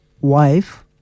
wife